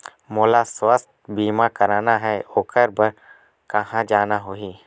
मोला स्वास्थ बीमा कराना हे ओकर बार कहा जाना होही?